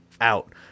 out